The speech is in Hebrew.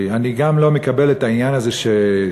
אני גם לא מקבל את העניין הזה שמתייחסים